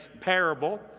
parable